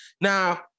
Now